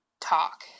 talk